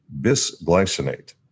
bisglycinate